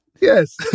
Yes